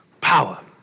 Power